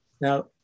Now